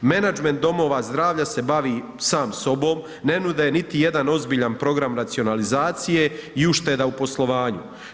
Menadžment domova zdravlja se bavi sam sobom, ne nude niti jedan ozbiljan program racionalizacije i ušteda u poslovanju.